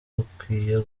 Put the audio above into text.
gukoma